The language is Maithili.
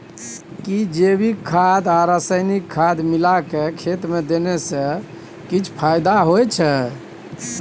कि जैविक खाद आ रसायनिक खाद मिलाके खेत मे देने से किछ फायदा होय छै?